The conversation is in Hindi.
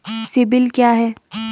सिबिल क्या है?